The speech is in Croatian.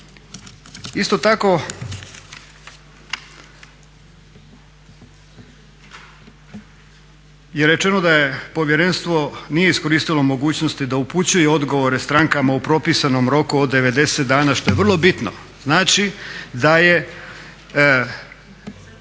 Isto tako je rečeno da povjerenstvo nije iskoristilo mogućnosti da upućuje odgovore strankama u propisanom roku od 90 dana što je vrlo bitno. Znači, da je